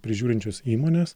prižiūrinčios įmonės